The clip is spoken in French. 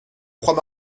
croix